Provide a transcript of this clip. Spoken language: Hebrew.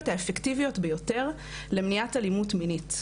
האפקטיביות ביותר למניעת אלימות מינית.